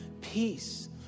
peace